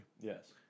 Yes